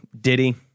Diddy